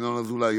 ינון אזולאי,